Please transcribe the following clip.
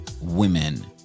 women